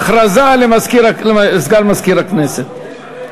הודעה לסגן מזכירת הכנסת.